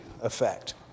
effect